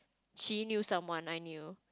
she knew someone I knew